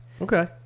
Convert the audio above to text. Okay